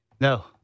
No